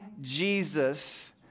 Jesus